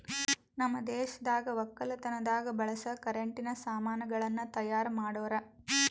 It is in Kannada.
ನಮ್ ದೇಶದಾಗ್ ವಕ್ಕಲತನದಾಗ್ ಬಳಸ ಕರೆಂಟಿನ ಸಾಮಾನ್ ಗಳನ್ನ್ ತೈಯಾರ್ ಮಾಡೋರ್